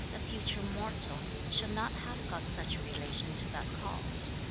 a future mortal, should not have got such a relation to that cause.